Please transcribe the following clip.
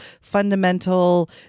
fundamental